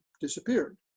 disappeared